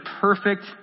perfect